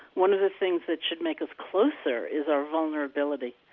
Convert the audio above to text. one of the things that should make us closer is our vulnerability.